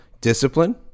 discipline